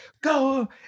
go